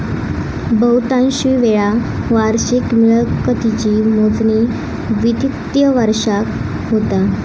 बहुतांशी वेळा वार्षिक मिळकतीची मोजणी वित्तिय वर्षाक होता